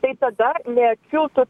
tai tada nekiltų